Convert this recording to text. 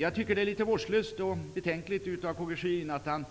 Jag tycker att det är litet vårdslöst och betänkligt när K G Sjödin